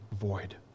void